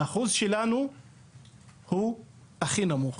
האחוז שלנו הוא הכי נמוך.